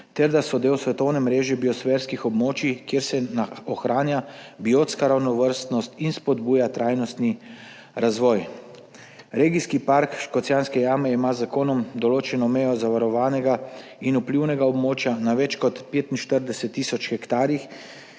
ter da so del svetovne mreže biosferskih območij, kjer se ohranja biotska raznovrstnost in spodbuja trajnostni razvoj. Regijski park Škocjanske jame ima z zakonom določeno mejo zavarovanega in vplivnega območja na več kot 45 tisoč hektarjih,